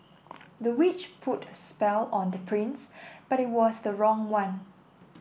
the witch put a spell on the prince but it was the wrong one